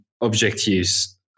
objectives